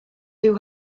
who